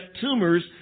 tumors